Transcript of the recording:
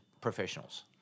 professionals